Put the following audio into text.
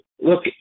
look